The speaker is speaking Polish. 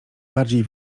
bardziej